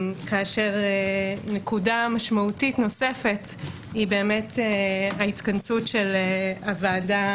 נקודה משמעותית נוספת היא ההתכנסות של הוועדה